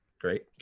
Great